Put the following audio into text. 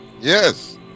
Yes